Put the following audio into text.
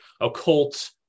occult